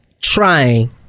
trying